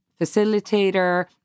facilitator